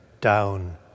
down